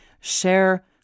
share